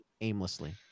aimlessly